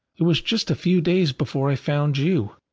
it was just a few days before i found you.